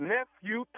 Nephew